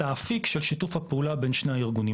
את האפיק של שיתוף הפעולה בין שני הארגונים.